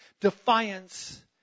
defiance